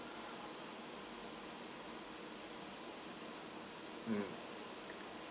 mm